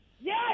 Yes